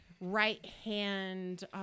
right-hand